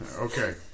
Okay